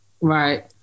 right